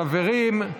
חברים,